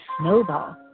snowball